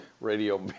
radio